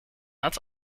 als